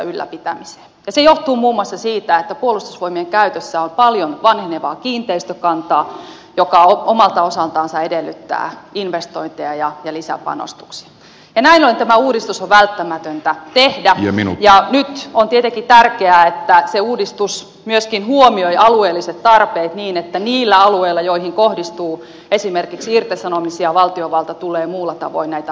se johtuu muun muassa siitä että puolustusvoimien käytössä on paljon vanhenevaa kiinteistökantaa joka omalta osaltansa edellyttää investointeja ja lisäpanostuksia ja näin ollen tämä uudistus on välttämätöntä tehdä ja nyt on tietenkin tärkeää että se uudistus myöskin huomioi alueelliset tarpeet niin että niillä alueilla joihin kohdistuu esimerkiksi irtisanomisia valtiovalta tulee muulla tavoin näitä alueita vastaan